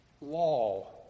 law